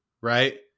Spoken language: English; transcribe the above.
right